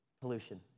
Pollution